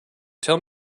tell